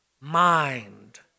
mind